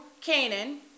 Canaan